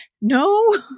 no